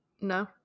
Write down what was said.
No